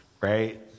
right